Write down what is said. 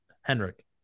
Henrik